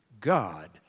God